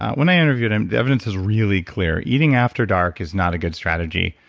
when i interviewed him, the evidence is really clear. eating after dark is not a good strategy.